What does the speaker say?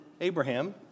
Abraham